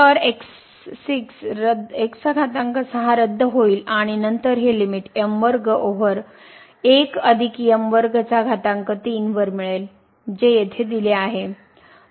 तर x6 रद्द होईल आणि नंतर हे लिमिट ओवर वर मिळेल जे येथे दिले आहे